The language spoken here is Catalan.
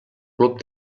cub